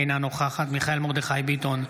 אינה נוכחת מיכאל מרדכי ביטון,